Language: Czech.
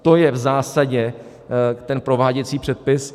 To je v zásadě ten prováděcí předpis.